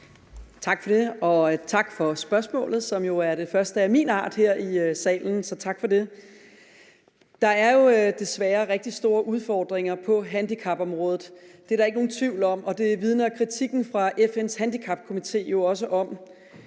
Tak for det, og tak for spørgsmålet, som jo er det første af min art her i salen. Så tak for det. Der er jo desværre rigtig store udfordringer på handicapområdet. Det er der ikke nogen tvivl om, og det vidner kritikken fra FN's Handicapkomité jo også om.